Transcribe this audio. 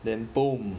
then bom